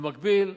במקביל,